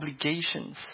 obligations